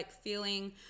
feeling